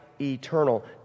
eternal